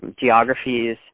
geographies